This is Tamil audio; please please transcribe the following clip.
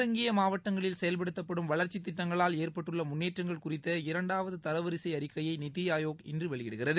தங்கிய மாவட்டங்களில் செயல்படுத்தப்படும் வளாச்சித் திட்டங்களால் ஏற்பட்டுள்ள பின் முன்னேற்றங்கள் குறித்த இரண்டாவது தரவரிசை அறிக்கையை நித்தி ஆயோக் இன்று வெளியிடுகிறது